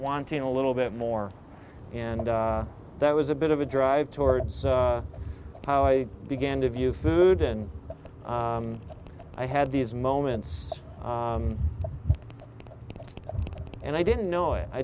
wanting a little bit more and that was a bit of a drive towards how i began to view food and i had these moments and i didn't know it i